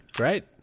Right